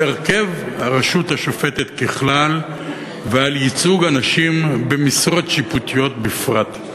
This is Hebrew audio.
הרכב הרשות השופטת ככלל ועל ייצוג הנשים במשרות שיפוטיות בפרט.